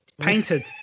Painted